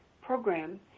program